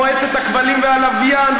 מועצת הכבלים והלוויין,